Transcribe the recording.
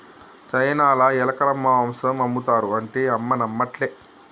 చైనాల ఎలక మాంసం ఆమ్ముతారు అంటే అమ్మ నమ్మట్లే